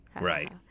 Right